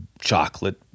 chocolate